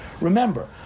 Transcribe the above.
Remember